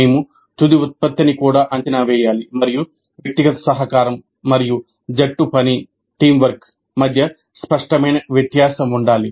మేము తుది ఉత్పత్తిని కూడా అంచనా వేయాలి మరియు వ్యక్తిగత సహకారం మరియు జట్టు పని మధ్య స్పష్టమైన వ్యత్యాసం ఉండాలి